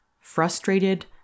frustrated